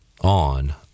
on